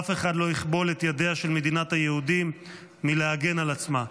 אף אחד לא יכבול את ידיה של מדינת היהודים מלהגן על עצמה.